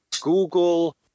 Google